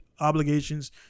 obligations